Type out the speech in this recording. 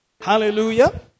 Hallelujah